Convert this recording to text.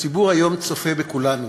הציבור היום צופה בכולנו,